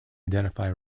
identify